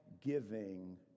giving